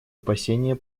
опасения